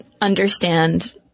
understand